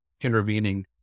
intervening